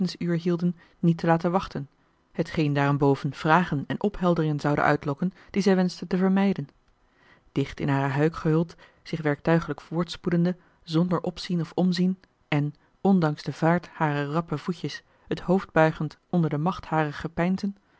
hielden niet te laten wachten hetgeen daarenboven vragen en ophelderingen zoude uitlokken die zij wenschte te vermijden dicht in hare huik gehuld zich werktuiglijk voortspoedende zonder opzien of omzien en ondanks de vaart harer rappe voetjes het hoofd buigend onder de macht harer